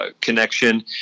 connection